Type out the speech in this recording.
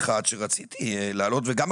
שכמובן שהשכר של הסייעות,